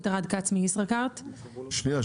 שנייה,